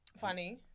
funny